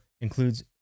includes